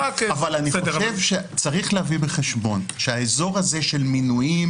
אבל אני חושב שצריך להביא בחשבון שהאזור הזה של מינויים,